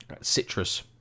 Citrus